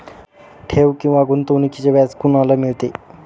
ठेव किंवा गुंतवणूकीचे व्याज कोणाला मिळते?